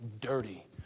dirty